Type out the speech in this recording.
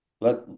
let